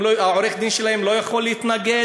עורך-הדין שלהם לא יכול להתנגד,